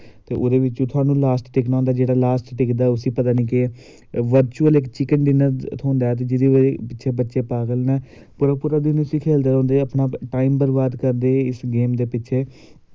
ते ओह्दे बिच्चूं थुहानू लास्ट दिक्खना होंदा जेह्ड़ा लास्ट टिकदा उसी पता नी वर्चुअल इक चिकन डिन्नर थ्होंदा ऐ जेह्दे पिच्छें बच्चे पागल नै पूरा पूरा दिन उसी खेलदे रौंह्दे अपना टॉईम बर्बाद करदे इस गेम दे पिच्छै